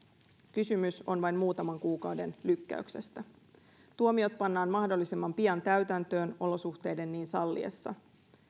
kysymys on vain muutaman kuukauden lykkäyksestä tuomiot pannaan mahdollisimman pian täytäntöön olosuhteiden niin salliessa